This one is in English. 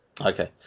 Okay